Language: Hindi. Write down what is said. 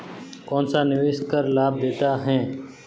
कौनसा निवेश कर लाभ देता है?